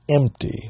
empty